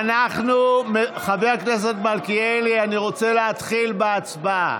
חבר הכנסת מלכיאלי, אני רוצה להתחיל בהצבעה.